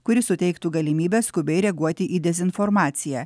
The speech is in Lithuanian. kuri suteiktų galimybę skubiai reaguoti į dezinformaciją